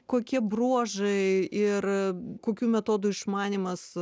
kokie bruožai ir kokių metodų išmanymas